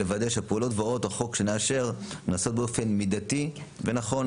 לוודא שהפעולות והוראות החוק שנאשר נעשות באופן מידתי ונכון